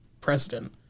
president